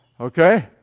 Okay